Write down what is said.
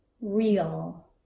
real